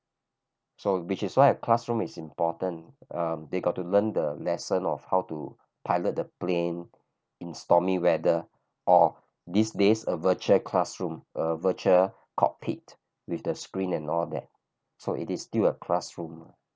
so which is why a classroom is important um they got to learn the lesson of how to pilot the plane in stormy weather or these days a virtual classroom a virtual cockpit with the screen and all that so it is still a classroom